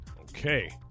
Okay